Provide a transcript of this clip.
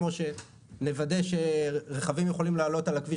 כמו לוודא שרכבים יכולים לעלות על הכביש